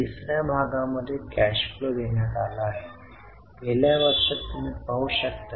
आता शिल्लक पत्रकात शिल्लक ठेवून हे तपासले जाऊ शकते